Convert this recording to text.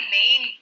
main